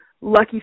lucky